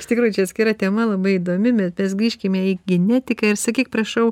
iš tikrųjų čia atskira tema labai įdomi bet mes grįžkime į genetiką ir sakyk prašau